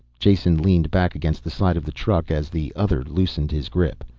jason leaned back against the side of the truck as the other loosened his grip.